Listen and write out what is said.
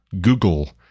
Google